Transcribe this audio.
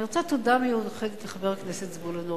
אני רוצה לומר תודה מיוחדת לחבר הכנסת זבולון אורלב.